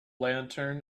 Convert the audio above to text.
lantern